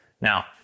Now